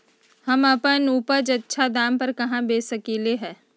हम अपन उपज अच्छा दाम पर कहाँ बेच सकीले ह?